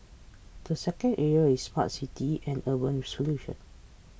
the second area is smart cities and urban solutions